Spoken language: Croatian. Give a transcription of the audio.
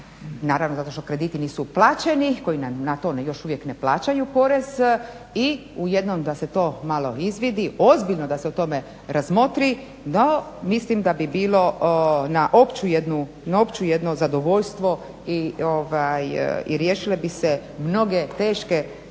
naravno zato što krediti nisu plaćeni koji na to još uvijek ne plaćaju porez i u jednom da se to malo izvidi, ozbiljno da se o tome razmotri. No, mislim da bi bilo na opće jedno zadovoljstvo i riješile bi se mnoge teške traume